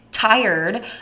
Tired